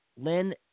Lynn